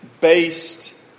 based